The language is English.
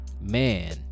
man